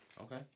Okay